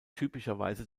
typischerweise